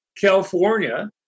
California